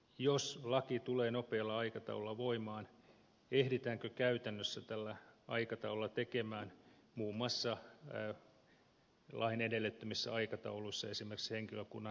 jos laki tulee nopealla aikataululla voimaan ehditäänkö käytännössä tehdä muun muassa lain edellyttämissä aikatauluissa esimerkiksi henkilökunnan työvuorolistat